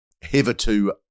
hitherto